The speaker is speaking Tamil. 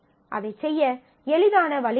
அதைச் செய்ய எளிதான வழி இல்லை